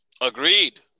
Agreed